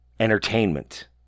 entertainment